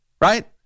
Right